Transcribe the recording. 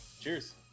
cheers